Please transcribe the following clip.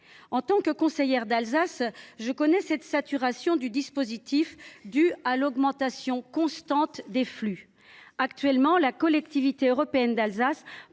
En tant que conseillère d’Alsace, je connais cette saturation du dispositif due à l’augmentation constante des flux. Actuellement, la Collectivité européenne d’Alsace